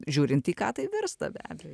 žiūrint į ką tai virsta be abejo